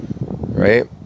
right